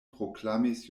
proklamis